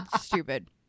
stupid